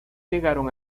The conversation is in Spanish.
llegaron